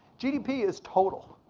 gdp is total.